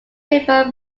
river